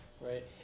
right